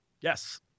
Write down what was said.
yes